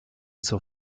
zur